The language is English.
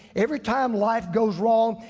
every time life goes wrong.